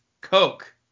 Coke